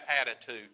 attitude